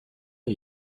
are